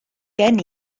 gen